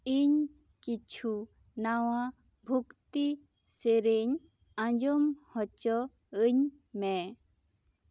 ᱤᱧ ᱠᱤᱪᱷᱩ ᱱᱟᱣᱟ ᱵᱷᱚᱠᱛᱤ ᱥᱮᱨᱮᱧ ᱟᱸᱡᱚᱢ ᱦᱚᱪᱚ ᱟᱹᱧ ᱢᱮ